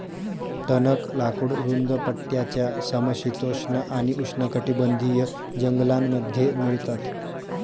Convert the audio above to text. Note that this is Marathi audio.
टणक लाकूड रुंद पट्ट्याच्या समशीतोष्ण आणि उष्णकटिबंधीय जंगलांमध्ये मिळतात